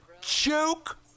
Joke